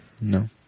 No